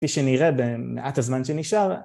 כפי שנראה במעט הזמן שנשאר.